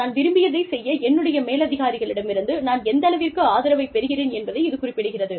நான் விரும்பியதைச் செய்ய என்னுடைய மேலதிகாரிகளிடமிருந்து நான் எந்தளவிற்கு ஆதரவைப் பெறுகிறேன் என்பதை இது குறிப்பிடுகிறது